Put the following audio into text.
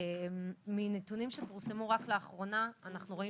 מנתונים שפורסמו רק לאחרונה אנחנו רואים